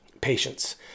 patience